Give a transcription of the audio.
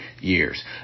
years